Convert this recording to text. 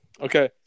Okay